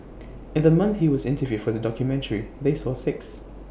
in the month he was interviewed for the documentary they saw six